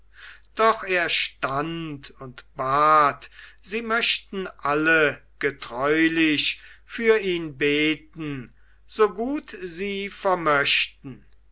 doch er stand und bat sie möchten alle getreulich für ihn beten so gut sie vermöchten